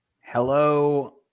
Hello